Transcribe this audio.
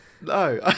No